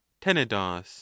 Tenedos